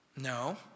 no